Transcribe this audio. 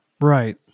Right